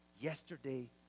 yesterday